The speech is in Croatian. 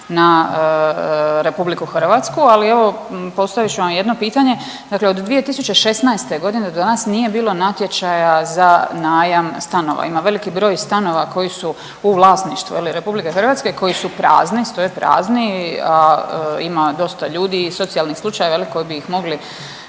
na RH, ali evo postavit ću vam jedno pitanje. Dakle od 2016.g. do danas nije bilo natječaja za najam stanova, ima velik broj stanova koji su u vlasništvu je li RH koji su prazni, stoje prazni, a ima dosta ljudi i socijalnih slučajeva je li koji bi ih mogli